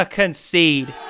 concede